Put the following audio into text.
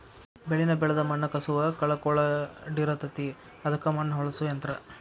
ಬೆಳಿನ ಬೆಳದ ಮಣ್ಣ ಕಸುವ ಕಳಕೊಳಡಿರತತಿ ಅದಕ್ಕ ಮಣ್ಣ ಹೊಳ್ಳಸು ಯಂತ್ರ